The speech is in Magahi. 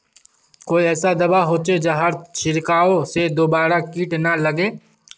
कोई ऐसा दवा होचे जहार छीरकाओ से दोबारा किट ना लगे?